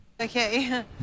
Okay